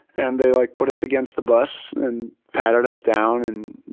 and they like put us against the bus, and patted us down. and